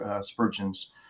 Spurgeon's